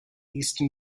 eastern